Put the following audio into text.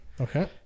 Okay